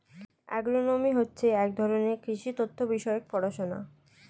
agronomy হচ্ছে এক ধরনের কৃষি তথ্য বিষয়ক পড়াশোনা